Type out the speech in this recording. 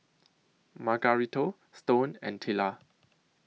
Margarito Stone and Tilla